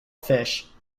fish